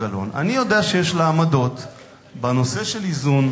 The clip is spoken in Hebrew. גדעון, שותף קואליציוני שלך,